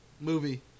movie